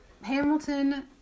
Hamilton